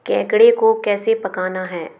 केकड़े को कैसे पकाना है